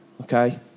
okay